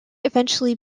eventually